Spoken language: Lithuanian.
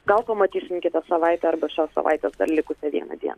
gal pamatysim kitą savaitę arba šią savaitę dar likusią vieną dieną